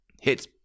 Hits